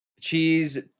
Cheese